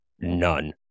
none